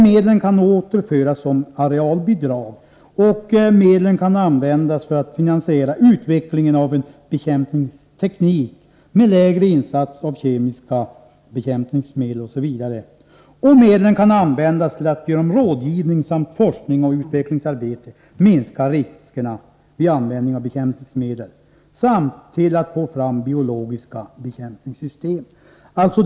Medel kan återföras som arealbidrag och de kan användas för att finansiera utvecklingen av en bekämpningsteknik med lägre insats av kemiska bekämpningsmedel. Medlen kan användas till att genom rådgivning samt forskning och utvecklingsarbete minska riskerna vid användning av bekämpningsmedel och till att få fram biologiska bekämpningssystem.